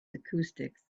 acoustics